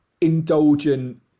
indulgent